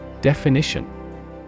Definition